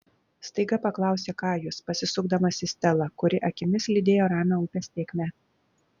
staiga paklausė kajus pasisukdamas į stelą kuri akimis lydėjo ramią upės tėkmę